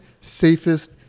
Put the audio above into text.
safest